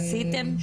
עשיתם?